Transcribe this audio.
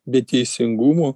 bei teisingumo